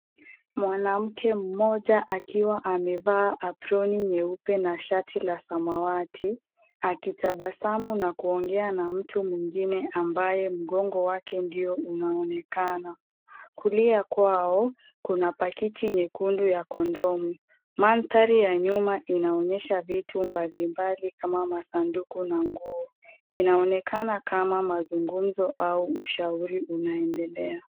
Mwanamke mmoja kiwa amevaa aproni nyeupe na shati la samawati akitabasamu na kuongea na mtu mwingine ambaye mgongo wake ndio unaonekana. Kulia kwao, kuna pakiti nyekundu ya kondomu. Mandhari ya nyuma inaonyesha vitu mbalimbali kama masanduku na nguo. Inaonekana kama mazungumzo au ushauri unaendelea.